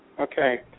Okay